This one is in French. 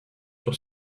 sur